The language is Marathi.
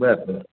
बरं बरं